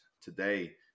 today